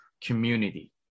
community